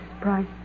Price